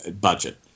budget